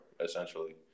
essentially